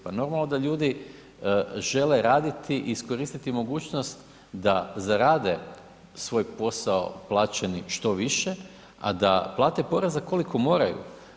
Pa normalno da ljudi žele raditi i iskoristiti mogućnost da zarade svoj posao plaćeni što više a da plate poreza koliko moraju.